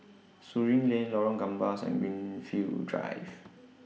Surin Lane Lorong Gambas and Greenfield Drive